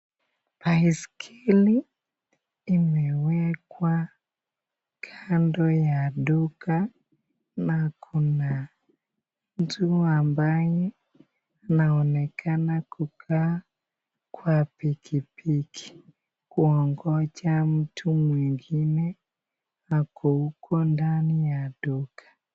Baiskeli imewekwa kando ya duka na kung'aa. Mtu ambaye anaonekana kukaa kwa piki piki kuongoja mtu mwingine na kukuwa ndani ya duka.